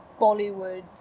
Bollywood